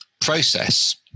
process